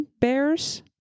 Bears